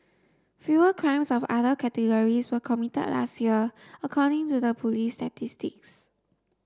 fewer crimes of other categories were committed last year according to the police's statistics